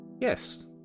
yes